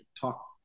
talk